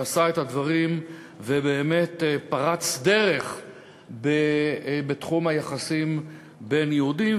שעשה את הדברים ובאמת פרץ דרך בתחום היחסים בין יהודים,